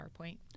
PowerPoint